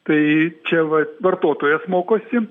tai čia va vartotojas mokosi